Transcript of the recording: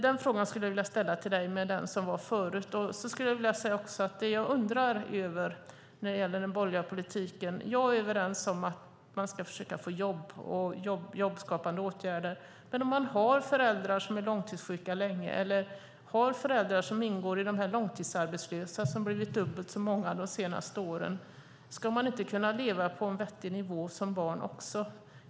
Den frågan skulle jag vilja ställa till dig tillsammans med den tidigare. Dessutom är det något jag undrar över när det gäller den borgerliga politiken. Jag är överens med er om att man ska försöka få jobb och att jobbskapande åtgärder ska vidtas. Men om ett barn har föräldrar som är sjuka länge eller har föräldrar som ingår bland de långtidsarbetslösa, som har blivit dubbelt så många de senaste åren, ska inte barnet då kunna leva på en vettig nivå?